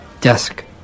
desk